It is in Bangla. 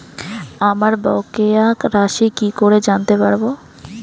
আমার বকেয়া রাশি কি করে জানতে পারবো?